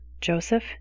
Joseph